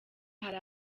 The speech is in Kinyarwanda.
hari